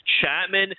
Chapman